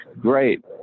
great